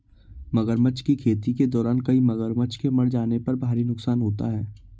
मगरमच्छ की खेती के दौरान कई मगरमच्छ के मर जाने पर भारी नुकसान होता है